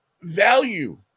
Value